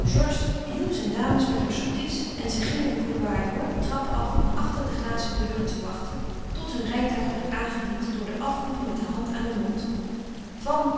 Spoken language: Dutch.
georges hielp zijn dames met haar sorties en zij gingen den couloir door de trappen af om achter de glazen deuren te wachten tot hun rijtuig werd aangediend door den afroeper met de hand aan den mond van